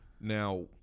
Now